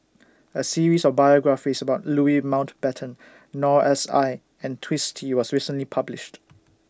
A series of biographies about Louis Mountbatten Noor S I and Twisstii was recently published